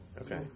Okay